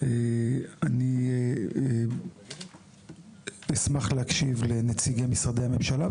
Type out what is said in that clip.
אני אשמח להקשיב לנציגי משרדי הממשלה,